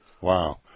Wow